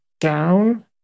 down